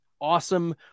awesome